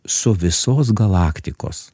su visos galaktikos